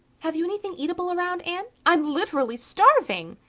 have you anything eatable around, anne? i'm literally starving.